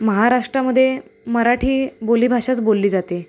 महाराष्ट्रामध्ये मराठी बोली भाषाच बोलली जाते